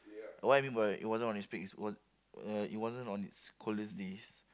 what you mean by it wasn't on it's peak it was ya it wasn't on it's coldest days